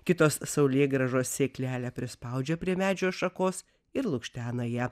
kitos saulėgrąžos sėklelę prispaudžia prie medžio šakos ir lukštena ją